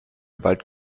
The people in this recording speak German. wald